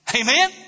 Amen